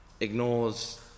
ignores